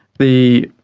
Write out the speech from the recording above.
the